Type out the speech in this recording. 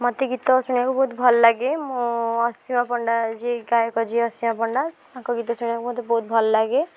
ମୋତେ ଗୀତ ଶୁଣିବାକୁ ବହୁତ ଭଲ ଲଗେ ମୁଁ ଅସୀମା ପଣ୍ଡା ଯିଏ ଗାୟକ ଯିଏ ଅସୀମା ପଣ୍ଡା ତାଙ୍କ ଗୀତ ଶୁଣିବାକୁ ମୋତେ ବହୁତ ଭଲ ଲାଗେ